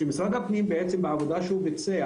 שמשרד הפנים בעצם בעבודה שהוא ביצע,